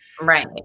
Right